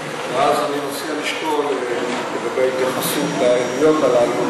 ואז אני אציע לשקול לגבי התייחסות לעדויות הללו,